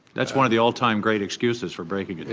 that's one of the all-time great excuses for breaking a date